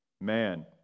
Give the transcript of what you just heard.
man